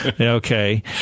Okay